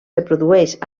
reprodueix